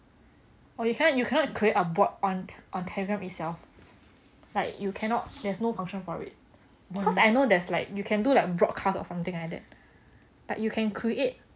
orh you cannot you cannot create a bot on on telegram itself like you cannot there's no function for it cause I know there's like you can do like broadcast or something like that like you can create